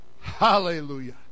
Hallelujah